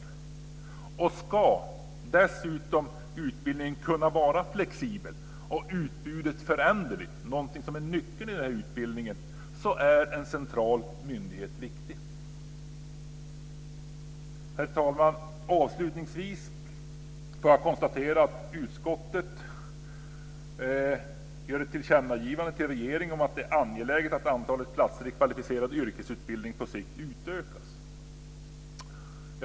För att utbildningen dessutom ska kunna vara flexibel och utbudet vara föränderligt, något som är en nyckel i den här utbildningen, är en central myndighet viktig. Herr talman! Avslutningsvis får jag konstatera att utskottet gör ett tillkännagivande till regeringen om att det är angeläget att antalet platser inom den kvalificerade yrkesutbildningen på sikt utökas.